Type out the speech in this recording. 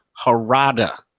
harada